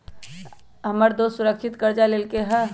हमर दोस सुरक्षित करजा लेलकै ह